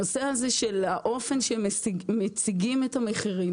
הנושא הזה של האופן שמציגים את המחירים,